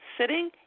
sitting